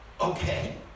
Okay